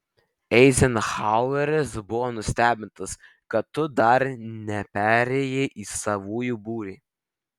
eizenhaueris buvo nustebintas kad tu dar neperėjai į savųjų būrį